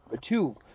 two